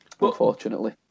unfortunately